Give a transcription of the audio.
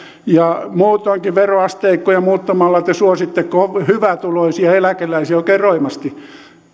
ja muutoinkin veroasteikkoja muuttamalla te suositte hyvätuloisia eläkeläisiä oikein roimasti